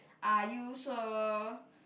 are you sure